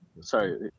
sorry